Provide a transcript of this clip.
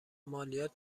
مالیات